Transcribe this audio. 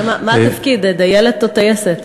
מה התפקיד, דיילת או טייסת?